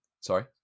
Sorry